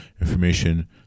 information